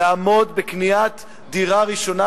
לעמוד בקניית דירה ראשונה,